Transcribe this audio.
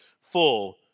full